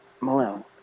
Malone